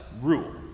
Rule